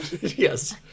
Yes